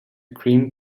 cream